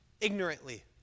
ignorantly